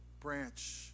branch